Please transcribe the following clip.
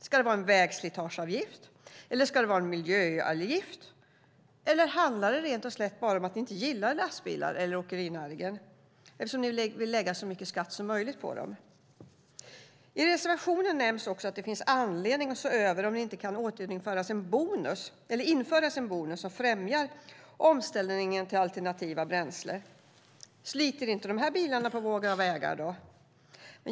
Ska det vara en vägslitageavgift? Eller ska det vara en miljöavgift? Eller handlar det rätt och slätt bara om att ni inte gillar lastbilar eller åkerinäringen, eftersom ni vill lägga så mycket skatt som möjligt på dem? I reservationen nämns också att det finns anledning att se över om det inte kan införas en bonus som främjar omställningen till alternativa bränslen. Sliter inte de här bilarna på våra vägar?